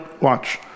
watch